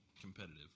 competitive